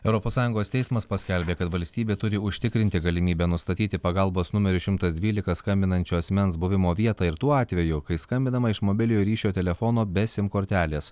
europos sąjungos teismas paskelbė kad valstybė turi užtikrinti galimybę nustatyti pagalbos numeriu šimtas dvylika skambinančio asmens buvimo vietą ir tuo atveju kai skambinama iš mobiliojo ryšio telefono be sim kortelės